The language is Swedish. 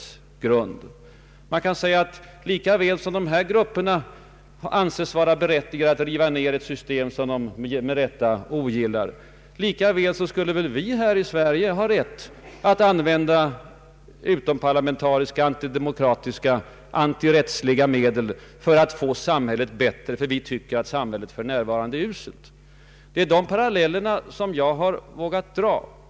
Lika väl som dessa internationella grupper anses vara berättigade att riva ner system som de med rätt eller orätt ogillar, lika väl borde vi — menar man — här i Sverige ha rätt att använda utomparlamentariska, antidemokratiska, antirättsliga medel för att få det samhälle bättre som vi tycker är uselt. Det är dessa paralleller jag har vågat dra.